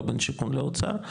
לא בין שיכון לאוצר.